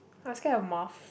am scared of moth